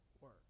work